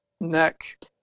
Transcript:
neck